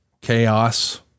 chaos